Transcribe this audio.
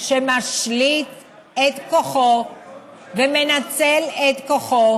שמשליט את כוחו ומנצל את כוחו